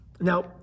Now